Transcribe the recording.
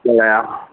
ॻाल्हायां